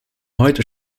heute